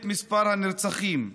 את מספר הנרצחים,